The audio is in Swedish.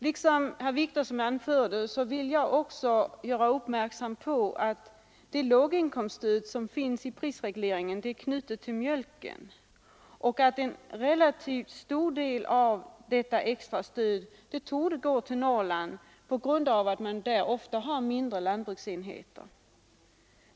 Liksom herr Wictorsson vill jag också göra kammaren uppmärksam på att det låginkomststöd som ingår i prisregleringen är knutet till mjölken och att en relativt stor del av detta extra stöd torde gå till Norrland på grund av att man där ofta har mindre jordbruksenheter.